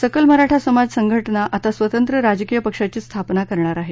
सकल मराठा समाज संघटना आता स्वतंत्र राजकीय पक्षाची स्थापना करणार आहे